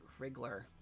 Wrigler